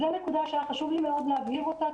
זו נקודה שהיה חשוב לי מאוד להבהיר אותה,